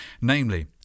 namely